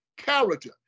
character